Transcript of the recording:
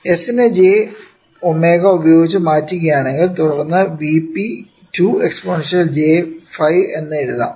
s നെ j ω ഉപയോഗിച്ച് മാറ്റുകയാണെങ്കിൽ തുടർന്ന് ഈ V p 2 എക്സ്പോണൻഷ്യൽ j 5 എന്ന് എഴുതാം